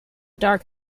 dark